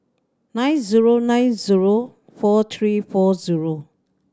nine zero nine zero four three four zero